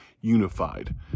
unified